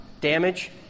damage